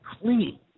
clean